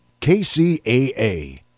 KCAA